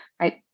right